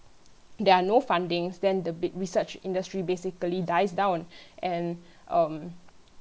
there are no funding then the b~ research industry basically dies down and um